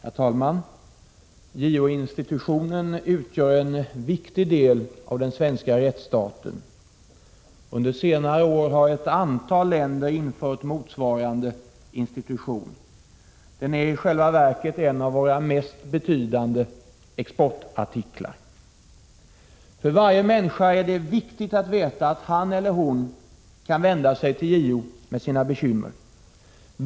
Herr talman! JO-institutionen utgör en viktig del av den svenska rättsstaten. Under senare år har ett antal länder infört motsvarande institution. Den är en av våra mest betydande exportartiklar. För varje medborgare är det viktigt att veta att han eller hon kan vända sig till JO med sina bekymmer.